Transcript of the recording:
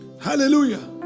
Hallelujah